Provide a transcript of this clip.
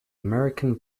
american